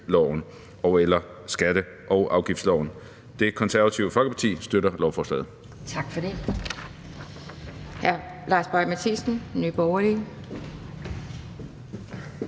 og/eller skatte- og afgiftsloven. Det Konservative Folkeparti støtter lovforslaget. Kl.